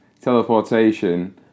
teleportation